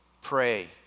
pray